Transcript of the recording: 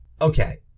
Okay